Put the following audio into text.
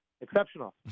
exceptional